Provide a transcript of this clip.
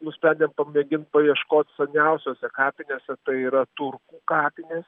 nusprendėm pamėgint paieškot seniausiose kapvietėse tai yra turkų kapinės